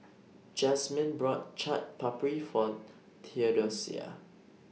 Jasmine bought Chaat Papri For Theodosia